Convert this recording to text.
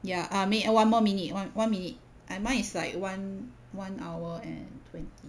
ya I mean one more minute one one minute I mine is like one one hour and twenty